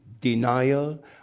denial